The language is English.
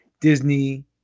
Disney